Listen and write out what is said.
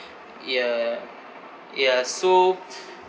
yeah yeah so